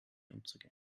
umzugehen